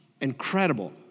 incredible